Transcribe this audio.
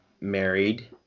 married